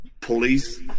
police